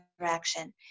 interaction